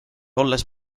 olles